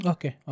Okay